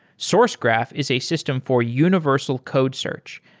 sourcegraph is a system for universal code search.